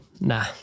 nah